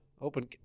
Open